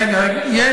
רגע, רגע.